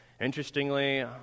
Interestingly